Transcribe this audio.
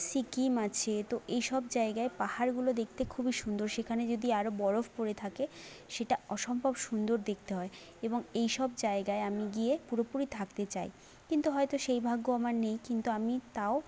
সিকিম আছে তো এই সব জায়গায় পাহাড়গুলো দেখতে খুবই সুন্দর সেখানে যদি আরও বরফ পড়ে থাকে সেটা অসম্ভব সুন্দর দেখতে হয় এবং এই সব জায়গায় আমি গিয়ে পুরোপুরি থাকতে চাই কিন্তু হয়তো সেই ভাগ্য আমার নেই কিন্তু আমি তাও